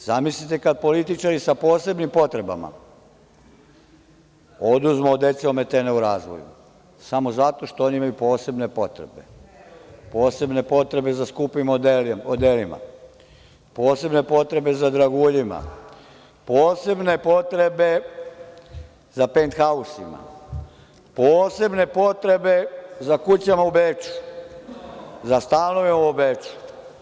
Zamislite kad političari sa posebnim potrebama oduzmu od dece ometene u razvoju samo zato što oni imaju posebne potrebe za skupim odelima, posebne potrebe za draguljima, posebne potrebe za penthausima, posebne potrebe za kućama u Beču, za stanove u Beču.